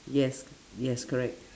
yes yes correct